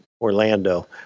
Orlando